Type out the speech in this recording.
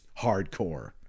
hardcore